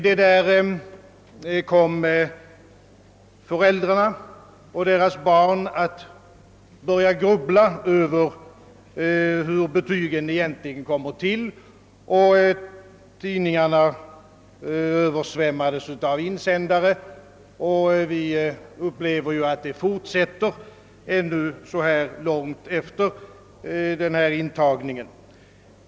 Detta förhållande gjorde att föräldrarna och deras barn började grubbla över hur betygen egentligen kommer till. Tidningarna översvämmades av insändare, och vi har fått uppleva, att det ta fortsätter ännu, fastän lång tid gått efter intagningen.